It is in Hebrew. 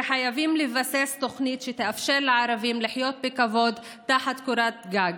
וחייבים לבסס תוכנית שתאפשר לערבים לחיות בכבוד תחת קורת גג.